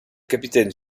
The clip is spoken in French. capitaine